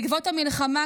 בעקבות המלחמה,